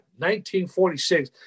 1946